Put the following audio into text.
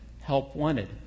help-wanted